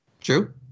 True